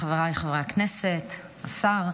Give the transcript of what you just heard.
חבריי חברי הכנסת, השר,